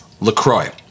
Lacroix